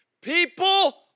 People